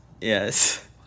Yes